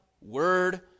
Word